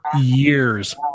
years